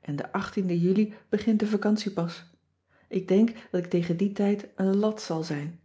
en de e uli begint de vacantie pas ik denk dat ik tegen dien tijd een lat zal zijn